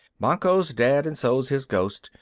banquo's dead and so's his ghost.